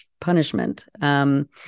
punishment